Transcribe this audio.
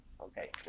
okay